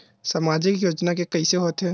सामाजिक योजना के कइसे होथे?